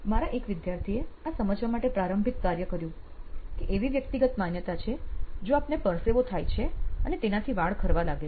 મારા એક વિદ્યાર્થીએ આ સમજવા માટે પ્રારંભિક કાર્ય કર્યું કે એવી વ્યક્તિગત માન્યતા છે જો આપને પરસેવો થાય છે અને તેનાથી વાળ ખારવા લાગે છે